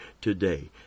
today